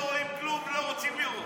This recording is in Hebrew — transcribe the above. לא רואים כלום ולא רוצים לראות.